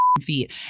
feet